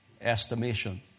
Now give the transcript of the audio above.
estimation